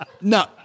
No